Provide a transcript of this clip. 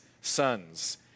sons